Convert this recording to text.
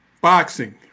Boxing